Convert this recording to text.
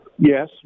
yes